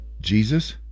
jesus